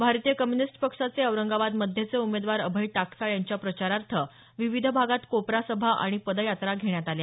भारतीय कम्युनिस्ट पक्षाचे औरंगाबाद मध्यचे उमेदवार अभय टाकसाळ यांच्या प्रचारार्थ विविध भागात कोपरा सभा आणि पदयात्रा घेण्यात आल्या